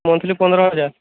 monthly ପନ୍ଦର ହଜାର